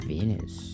Venus